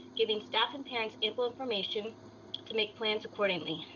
giving staff and parents ample information to make plans accordingly.